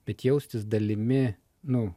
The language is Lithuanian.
bet jaustis dalimi nu